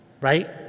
Right